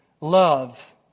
love